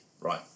right